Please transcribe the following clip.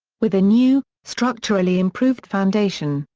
with a new, structurally improved foundation,